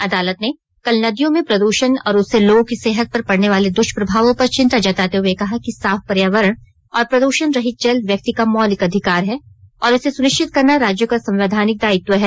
अदालत ने कल नदियों में प्रद्षण और उससे लोगों की सेहत पर पड़नेवाले दृष्प्रभावों पर चिंता जताते हुए कहा कि साफ पर्यावरण और प्रदूषण रहित जल व्यक्ति का मौलिक अधिकार है और इसे सुनिश्चित करना राज्यों का संवैधानिक दायित्व है